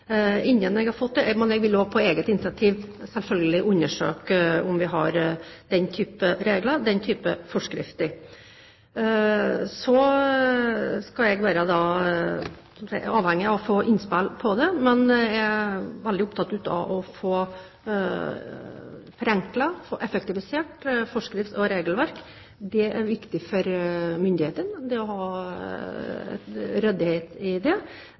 Jeg vil også på eget initiativ undersøke om vi har den typen regler og forskrifter. Så er jeg avhengig av å få innspill, for jeg er veldig opptatt av å få forenklet og effektivisert forskrifter og regelverk. Det er viktig for myndighetene å ha ryddighet i det,